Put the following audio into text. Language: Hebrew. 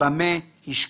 במה השקעתם.